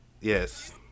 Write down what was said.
Yes